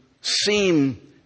seem